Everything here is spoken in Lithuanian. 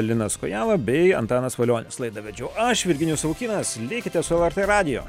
linas kojala bei antanas valionis laidą vedžiau aš virginijus savukynas likite su lrt radiju